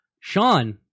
Sean